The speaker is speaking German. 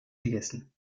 gegessen